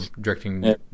directing